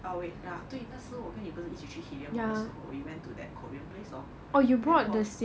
oh wait ah 对那时后我跟你不是一起去 hillion mall 的时候 we went to that korean place lor then 我